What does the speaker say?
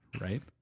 Right